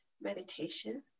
meditation